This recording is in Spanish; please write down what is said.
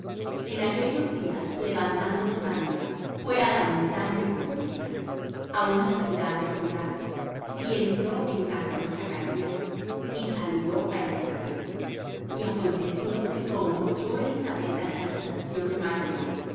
en aquellos días levantándose maría fué á la montaña con priesa á una ciudad de judá y entró en casa de zacarías y saludó á elisabet y aconteció que como oyó elisabet la salutación de maría